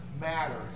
matters